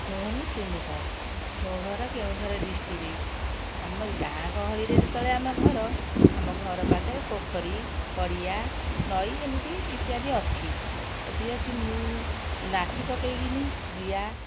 ମୁଁ ହେଲି ଟୁନି ସାହୁ ମୋ ଘର କେଉଁଝର ଡିଷ୍ଟ୍ରିକ୍ଟରେ ଆମ ଗାଁ ଗହଳିରେ ଯେତେବେଳେ ଘର ଆମ ଘର ପାଖରେ ପୋଖରୀ ଗଡ଼ିଆ ନଈ ଏମିତି ଇତ୍ୟାଦି ଅଛି ଯଦି ଅଛି ମୁଁ ନାଠି ପକାଇକିନି ଜିଆ